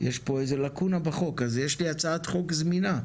יש פה איזה לקונה בחוק, אז יש לי הצעת חוק זמינה.